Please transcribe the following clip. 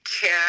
care